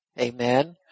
Amen